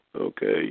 Okay